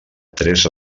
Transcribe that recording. tres